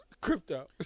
crypto